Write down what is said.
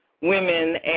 women